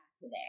today